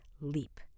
Leap